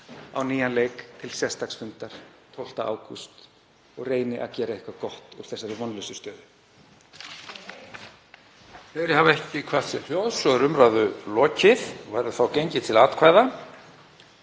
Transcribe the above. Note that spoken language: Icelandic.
á nýjan leik til sérstaks fundar 12. ágúst og reyni að gera eitthvað gott úr þessari vonlausu stöðu.